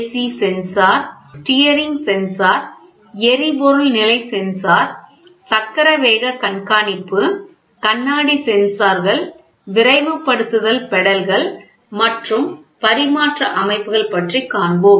C sensor steering sensor எரிபொருள் நிலை sensor சக்கர வேக கண்காணிப்பு கண்ணாடி சென்சார்கள் விரைவுபடுத்துதல் பெடல்கள் மற்றும் பரிமாற்ற அமைப்புகள் பற்றி காண்போம்